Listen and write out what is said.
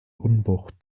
unwucht